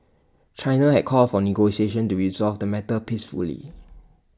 China has called for negotiations to resolve the matter peacefully